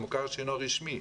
הם מוכר שאינו רשמי.